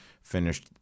finished